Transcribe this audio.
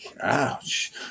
Ouch